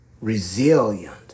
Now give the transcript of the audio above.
resilient